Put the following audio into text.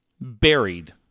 buried